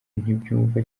ntibumva